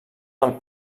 del